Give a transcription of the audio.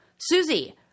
Susie